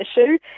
issue